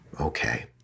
Okay